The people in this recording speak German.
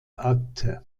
akte